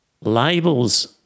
labels